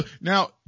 Now